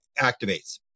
activates